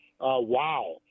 Wow